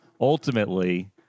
ultimately